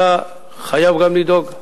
אתה חייב גם לדאוג,